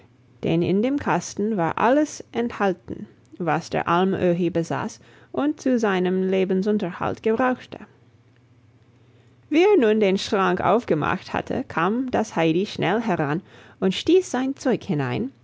denn in dem kasten war alles enthalten was der alm öhi besaß und zu seinem lebensunterhalt gebrauchte wie er nun den schrank aufgemacht hatte kam das heidi schnell heran und stieß sein zeug hinein